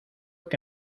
que